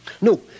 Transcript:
No